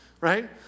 right